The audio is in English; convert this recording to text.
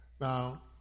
Now